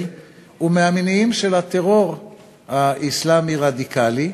ומהמניעים של הטרור האסלאמי רדיקלי.